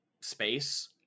space